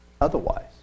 otherwise